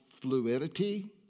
fluidity